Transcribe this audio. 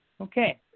Okay